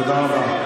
תודה רבה.